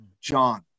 John